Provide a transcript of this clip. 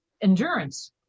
endurance